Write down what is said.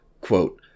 quote